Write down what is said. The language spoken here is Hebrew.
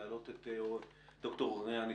להעלות את ד"ר אוריין יצחק,